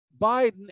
Biden